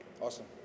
Awesome